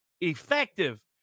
effective